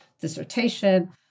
dissertation